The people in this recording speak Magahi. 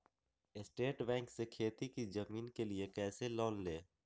स्टेट बैंक से खेती की जमीन के लिए कैसे लोन ले?